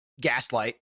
gaslight